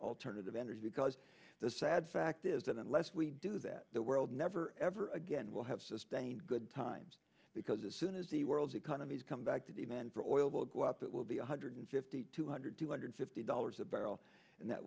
alternative energy because the sad fact is that unless we do that the world never ever again will have sustained good times because as soon as the world's economies come back to demand for oil will go up it will be one hundred fifty two hundred two hundred fifty dollars a barrel and that